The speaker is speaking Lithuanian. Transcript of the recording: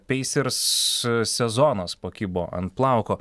peisers sezonas pakibo ant plauko